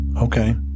okay